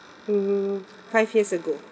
um five years ago